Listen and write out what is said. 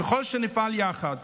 ככל שנפעל יחד